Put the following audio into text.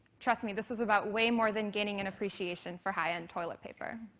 trust me, this was about way more than gaining an appreciation for high-end toilet paper.